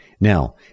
Now